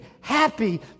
happy